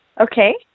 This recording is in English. Okay